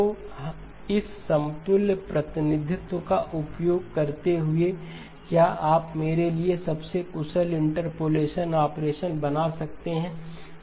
तो इस समतुल्य प्रतिनिधित्व का उपयोग करते हुए क्या आप मेरे लिए सबसे कुशल इंटरपोलेशन ऑपरेशन बना सकते हैं